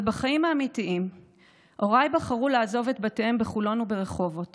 אבל בחיים האמיתיים הוריי בחרו לעזוב את בתיהם בחולון וברחובות